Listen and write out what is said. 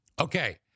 Okay